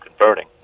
converting